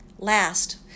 Last